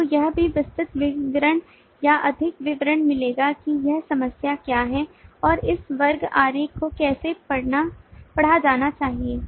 आपको यह भी विस्तृत विवरण या अधिक विवरण मिलेगा कि यह समस्या क्या है और इस वर्ग आरेख को कैसे पढ़ा जाना चाहिए